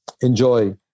enjoy